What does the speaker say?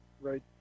right